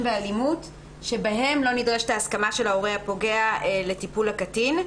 ואלימות שבהן לא נדרשת ההסכמה של ההורה הפוגע לטיפול בקטין.